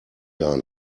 gar